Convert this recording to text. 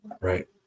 right